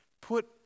Put